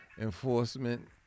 enforcement